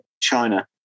China